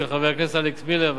של חבר הכנסת אלכס מילר,